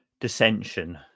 dissension